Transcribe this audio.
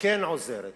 וכן עוזרת.